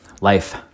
life